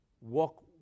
walk